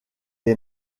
est